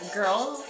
girls